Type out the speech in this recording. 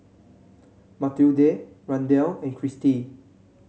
Mathilde Randell and Christie